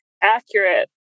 accurate